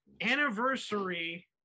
anniversary